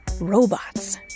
robots